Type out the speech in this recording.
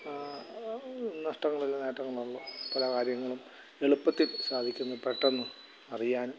നഷ്ടങ്ങളല്ല നേട്ടങ്ങളേ ഉള്ളൂ പല കാര്യങ്ങളും എളുപ്പത്തിൽ സാധിക്കുന്നു പെട്ടെന്ന് അറിയാനും